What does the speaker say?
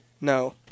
No